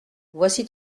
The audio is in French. voici